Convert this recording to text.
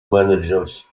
managers